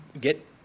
get